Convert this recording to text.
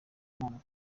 imana